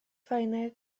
fajne